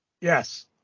yes